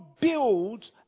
build